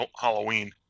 Halloween